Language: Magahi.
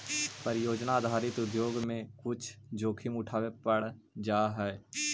परियोजना आधारित उद्योग में कुछ जोखिम उठावे पड़ जा हई